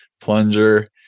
plunger